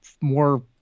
more